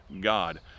God